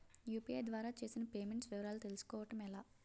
UPI ద్వారా చేసిన payments వివరాలు తెలుసుకోవటం ఎలా?